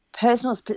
Personal